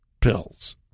pills